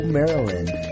Maryland